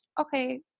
Okay